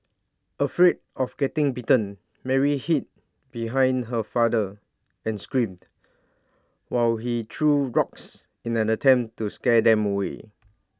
afraid of getting bitten Mary hid behind her father and screamed while he threw rocks in an attempt to scare them away